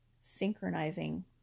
synchronizing